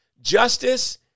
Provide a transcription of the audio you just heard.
justice